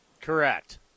Correct